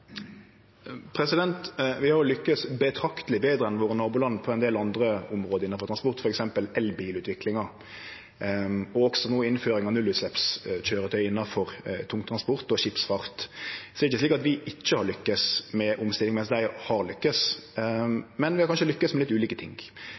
Vi har lukkast betrakteleg betre enn våre naboland på ein del andre område innanfor transport, f.eks. elbilutviklinga, og også no ved innføring av nullutsleppskøyretøy innanfor tungtransport og skipsfart. Så det er ikkje slik at vi ikkje har lukkast med omstilling mens dei har